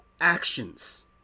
actions